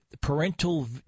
parental